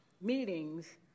Meetings